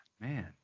man